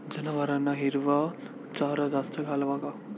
जनावरांना हिरवा चारा जास्त घालावा का?